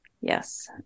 Yes